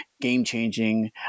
game-changing